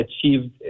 achieved